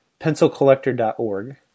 pencilcollector.org